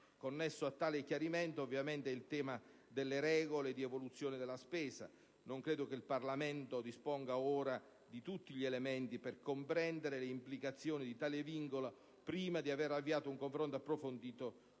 Connesso a tale chiarimento, ovviamente, è il tema delle regole di evoluzione della spesa. Non credo che il Parlamento disponga ora di tutti gli elementi per comprendere le implicazioni di tale vincolo, prima di aver avviato un confronto approfondito